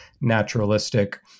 naturalistic